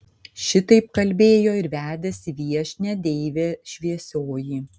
šitaip kalbėjo ir vedėsi viešnią deivė šviesioji